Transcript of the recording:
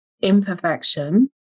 imperfection